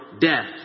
death